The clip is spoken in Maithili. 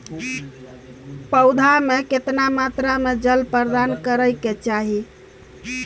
पौधा में केतना मात्रा में जल प्रदान करै के चाही?